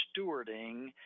stewarding